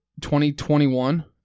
2021